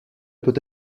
peut